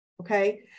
Okay